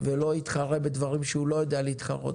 ולא יתחרה בדברים שהוא לא יודע להתחרות.